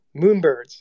Moonbirds